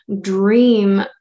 dream